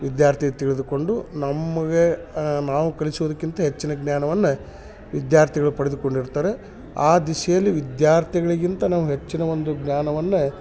ವಿದ್ಯಾರ್ಥಿ ತಿಳಿದುಕೊಂಡು ನಮಗೆ ನಾವು ಕಲಿಸುದಕ್ಕಿಂತ ಹೆಚ್ಚಿನ ಜ್ಞಾನವನ್ನ ವಿದ್ಯಾರ್ಥಿಗಳು ಪಡೆದುಕೊಂಡಿರುತ್ತಾರೆ ಆ ದಿಶೆಯಲ್ಲಿ ವಿದ್ಯಾರ್ಥಿಗಳಿಗಿಂತ ನಾವು ಹೆಚ್ಚಿನ ಒಂದು ಜ್ಞಾನವನ್ನ